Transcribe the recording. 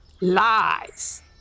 lies